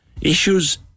issues